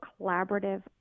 collaborative